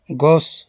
গছ